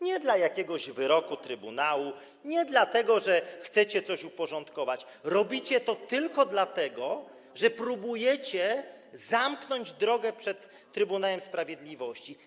Nie dla jakiegoś wyroku trybunału, nie dlatego, że chcecie coś uporządkować, robicie to tylko dlatego, że próbujecie zamknąć drogę przed Trybunałem Sprawiedliwości.